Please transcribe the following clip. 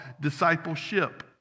discipleship